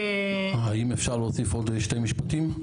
האם אפשר להוסיף עוד שני משפטים?